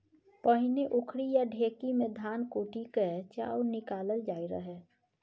पहिने उखरि या ढेकी मे धान कुटि कए चाउर निकालल जाइ रहय